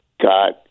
got